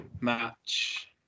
match